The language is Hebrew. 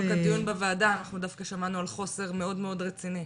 בדיוק בדיון בוועדה אנחנו דווקא שמענו על חוסר מאוד רציני.